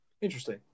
Interesting